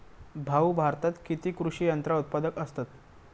भाऊ, भारतात किती कृषी यंत्रा उत्पादक असतत